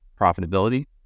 profitability